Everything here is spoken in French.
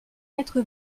quatre